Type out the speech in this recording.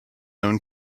own